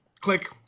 Click